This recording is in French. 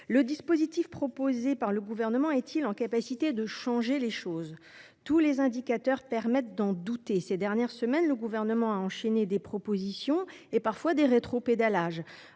Le dispositif proposé par le Gouvernement est il capable de changer les choses ? Tous les indicateurs autorisent à en douter… Ces dernières semaines, le Gouvernement a enchaîné les propositions et parfois les rétropédalages